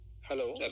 Hello